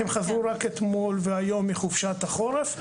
הם חזרו רק אתמול והיום מחופשת החורף.